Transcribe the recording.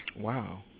Wow